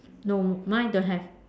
no mine don't have